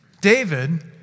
David